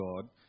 God